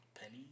Penny